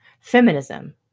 Feminism